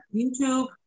youtube